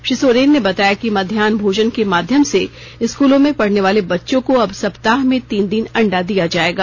श्री सोरेन ने बताया कि मध्याह भोजन के माध्यम से स्कूलों में पढ़ने वाले बच्चों को अब सप्ताह में तीन दिन अंडा दिया जाएगा